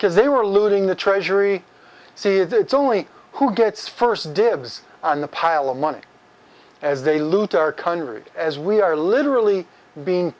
because they were looting the treasury says it's only who gets first dibs on the pile of money as they loot our country as we are literally being